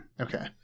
Okay